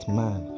man